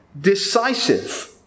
decisive